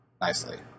nicely